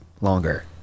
longer